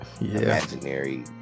imaginary